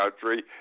country